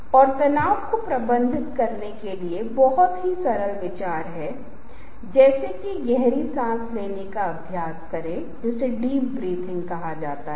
इसलिए एक मूल डिजाइन मानकीकरण और नवाचार तत्वों को रखें नियोजन ग्रंथ और चित्र ऐसी चीजें हैं जिनके लिए मैं आपको कुछ सामग्री दूंगा जैसा कि मैंने पहले ही वादा किया है और आप इसे देख सकते हैं